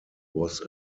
was